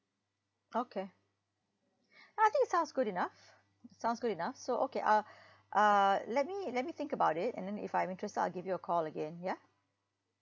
okay ah I think sounds good enough sounds good enough so okay I'll uh let me let me think about it and then if I'm interested I'll give you a call again ya